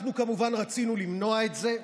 אנחנו כמובן רצינו למנוע את זה,